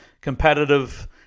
Competitive